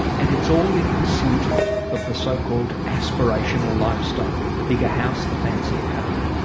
and it's all in pursuit of the so-called aspirational lifestyle, the bigger house, the fancier car.